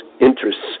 interests